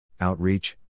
outreach